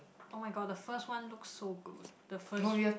[oh]-my-god the first one looks so good the first